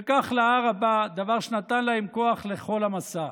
וכך להר הבא, דבר שנתן להם כוח לכל המסע.